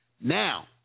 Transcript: Now